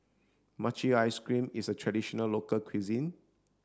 Mochi Ice Cream is a traditional local cuisine